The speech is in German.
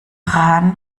rahn